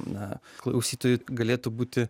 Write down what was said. na klausytojui galėtų būti